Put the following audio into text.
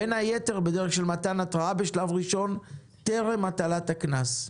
בין היתר בדרך של מתן התראה בשלב ראשון טרם הטלת הקנס.